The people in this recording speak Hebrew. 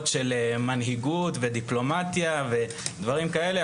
של מנהיגות ודיפלומטיה ודברים כאלה,